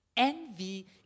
Envy